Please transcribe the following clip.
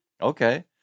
Okay